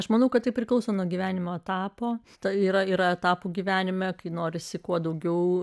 aš manau kad tai priklauso nuo gyvenimo etapo tai yra yra etapų gyvenime kai norisi kuo daugiau